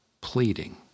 pleading